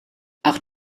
auch